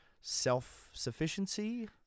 self-sufficiency